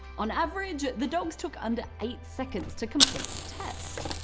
on average, the dogs took under eight seconds to complete the test.